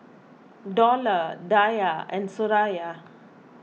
Dollah Dhia and Suraya